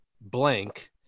blank